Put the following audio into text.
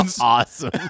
Awesome